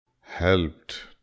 helped